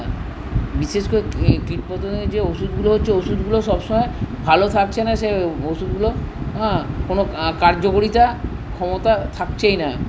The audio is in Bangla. বিশেষ করে কীটপতঙ্গের যে ওষুধগুলো হচ্ছে ওষুধগুলো সবসময় ভালো থাকছে না সে ওষুধগুলো হ্যাঁ কোনো কার্যকারিতা ক্ষমতা থাকছেই না